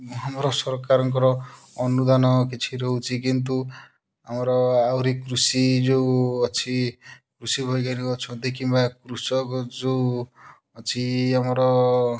ଆମର ସରକାରଙ୍କର ଅନୁଦାନ କିଛି ରହୁଛି କିନ୍ତୁ ଆମର ଆହୁରି କୃଷି ଯେଉଁ ଅଛି କୃଷି ବୈଜ୍ଞାନିକ ଅଛନ୍ତି କିମ୍ବା କୃଷକ ଯେଉଁ ଅଛି ଆମର